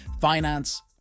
finance